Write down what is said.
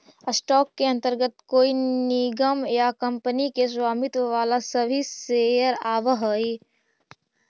stock के अंतर्गत कोई निगम या कंपनी के स्वामित्व वाला सभी शेयर आवऽ हइ